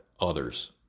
others